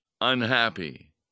unhappy